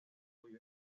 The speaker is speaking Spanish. cuyo